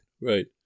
right